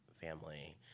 family